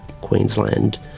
Queensland